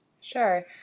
Sure